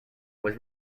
was